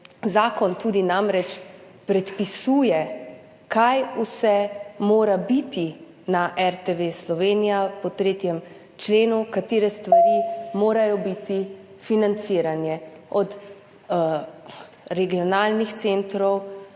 Zakon namreč tudi predpisuje, kaj vse mora biti na RTV Slovenija po 3. členu, katere stvari morajo biti financirane, od regionalnih centrov